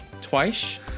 Twice